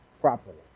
properly